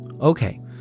Okay